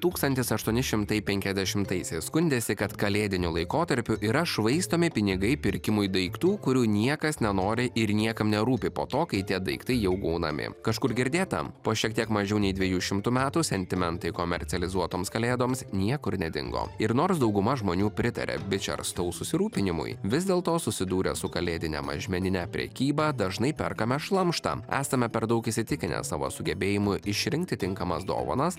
tūkstantis aštuoni šimtai penkiadešimtaisiais skundėsi kad kalėdiniu laikotarpiu yra švaistomi pinigai pirkimui daiktų kurių niekas nenori ir niekam nerūpi po to kai tie daiktai jau gaunami kažkur girdėta po šiek tiek mažiau nei dviejų šimtų metų sentimentai komercializuotoms kalėdoms niekur nedingo ir nors dauguma žmonių pritaria bičerstou susirūpinimui vis dėl to susidūrę su kalėdine mažmenine prekyba dažnai perkame šlamštą esame per daug įsitikinęs savo sugebėjimu išrinkti tinkamas dovanas